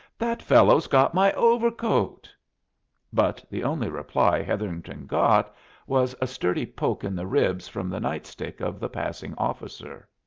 that fellow's got my overcoat but the only reply hetherington got was a sturdy poke in the ribs from the night-stick of the passing officer.